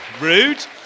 Rude